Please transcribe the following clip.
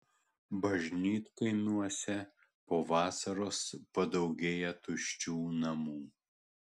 bažnytkaimiuose po vasaros padaugėja tuščių namų